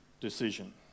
decision